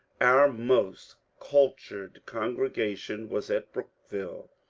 our most cultured congregation was at brookville,